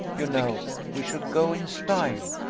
you know we should go in style.